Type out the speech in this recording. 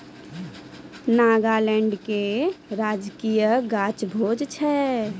नागालैंडो के राजकीय गाछ भोज छै